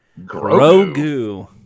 Grogu